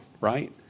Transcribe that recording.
right